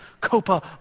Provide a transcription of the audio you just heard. Copa